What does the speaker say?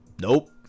nope